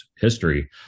history